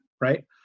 right